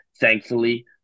thankfully